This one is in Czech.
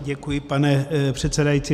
Děkuji, pane předsedající.